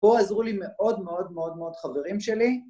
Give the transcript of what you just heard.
פה עזרו לי מאוד מאוד מאוד מאוד חברים שלי